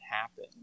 happen